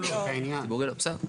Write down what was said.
גם ציבורי 20%?